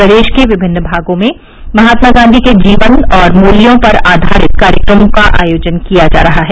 प्रदेश के विभिन्न भागों में महात्मा गांधी के जीवन और मूल्यों पर आधारित कार्यक्रमों का आयोजन किया जा रहा है